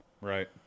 Right